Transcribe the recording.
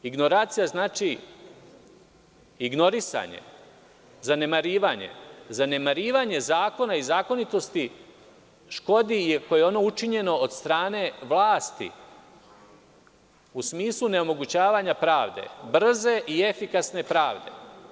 Ignoracija znači ignorisanje, zanemarivanje, zanemarivanje zakona i zakonitosti škodi i ako je ono učinjeno od strane vlasti, u smislu neomogućavanja pravde, brze i efikasne pravde.